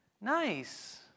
nice